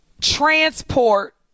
transport